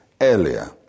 earlier